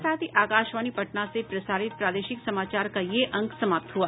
इसके साथ ही आकाशवाणी पटना से प्रसारित प्रादेशिक समाचार का ये अंक समाप्त हुआ